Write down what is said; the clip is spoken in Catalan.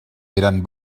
eren